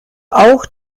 auch